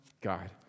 God